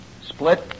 Split